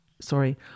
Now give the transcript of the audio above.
sorry